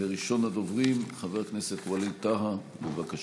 ראשון הדוברים, חבר הכנסת ווליד טאהא.